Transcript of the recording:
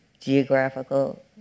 geographical